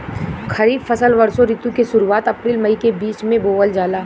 खरीफ फसल वषोॅ ऋतु के शुरुआत, अपृल मई के बीच में बोवल जाला